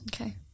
okay